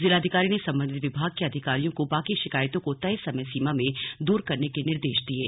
जिलाधिकारी ने संबंधित विभाग के अधिकारियों को बाकी शिकायतों को तय समय सीमा में दूर करने के निर्देश दिये